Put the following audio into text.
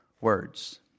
words